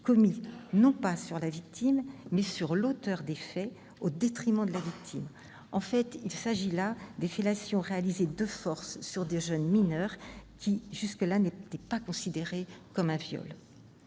commis non pas sur la victime, mais sur l'auteur des faits, au détriment de la victime : il s'agit des fellations réalisées de force sur de jeunes mineurs, qui n'étaient jusqu'à présent pas considérées comme un viol.